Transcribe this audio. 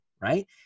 right